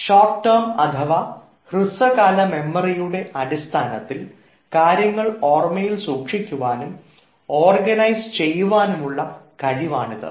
shot term അഥവാ ഹ്രസ്വകാല മെമ്മറിയുടെ അടിസ്ഥാനത്തിൽ കാര്യങ്ങൾ ഓർമയിൽ സൂക്ഷിക്കുവാനും ഓർഗനൈസ് ചെയ്യുവാനുമുള്ള കഴിവാണിത്